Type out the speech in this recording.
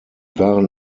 waren